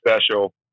special